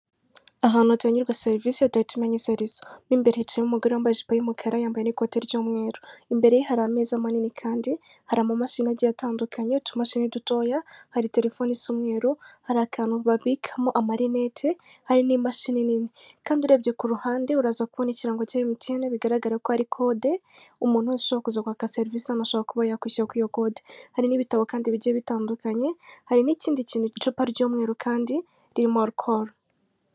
Ahantu hatangirwa serivisi utahita umenya izo arizo mu imbere hicaye umugore wambaye ijipo y'umukara, yambaye ikote ry'umweru imbere ye hari ameza manini kandi hari ama mashini agiye atandukanye ,utumashini dutoya, hari telefoni z'umweru, hari akantu babikamo amarinete hari n'imashini nini. Kandi urebye ku ruhande uraza kubona ikirango cya emutiyene (MTN) bigaragara ko hari kode umuntu wese ushobora kuza kwaka serivisi ashobora kuba yakwishyura kur'iyo kode .Hari n'ibitabo kandi bigiye bitandukanye hari n'ikindi kintu icupa ry'umweru kandi ririmo arukoru(alcholic).